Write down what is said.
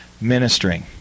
Ministering